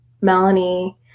Melanie